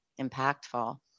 impactful